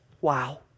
wow